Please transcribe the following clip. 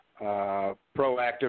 proactive